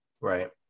Right